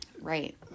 Right